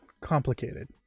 complicated